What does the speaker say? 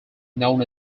known